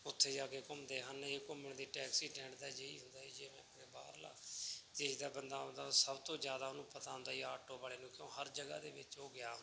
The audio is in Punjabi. ਉੱਥੇ ਜਾ ਕੇ ਘੁੰਮਦੇ ਹਨ ਜੀ ਘੁੰਮਣ ਦੀ ਟੈਕਸੀ ਸਟੈਂਡ ਦਾ ਜੀ ਬਾਹਰਲਾ ਦੇਸ਼ ਦਾ ਬੰਦਾ ਆਉਂਦਾ ਉਹ ਸਭ ਤੋਂ ਜ਼ਿਆਦਾ ਉਹਨੂੰ ਪਤਾ ਹੁੰਦਾ ਜੀ ਆਟੋ ਵਾਲੇ ਨੂੰ ਕਿਉਂ ਉਹ ਹਰ ਜਗ੍ਹਾ ਦੇ ਵਿੱਚ ਉਹ ਗਿਆ ਹੁੰਦਾ